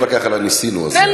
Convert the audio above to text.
אפשר להתווכח על ה"ניסינו" הזה.